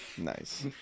nice